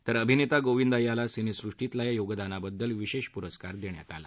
तर अभिनेता गोविंदा याला सिने सृष्टीतल्या योगदानाबद्दल विशेष पुरस्कार देण्यात आला